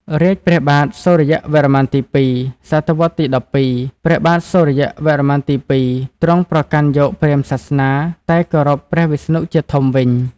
រាជ្យព្រះបាទសូរ្យវរ្ម័នទី២ (សតវត្សរ៍ទី ១២) ព្រះបាទសូរ្យវរ្ម័នទី២ ទ្រង់ប្រកាន់យកព្រាហ្មណ៍សាសនា តែគោរព ព្រះវិស្ណុ ជាធំវិញ។